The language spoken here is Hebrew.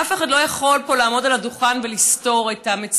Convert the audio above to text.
אף אחד לא יכול לעמוד פה על הדוכן ולסתור את המציאות